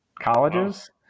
colleges